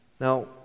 Now